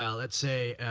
ah let's say,